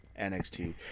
NXT